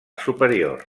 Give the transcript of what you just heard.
superior